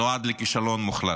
נועד לכישלון מוחלט.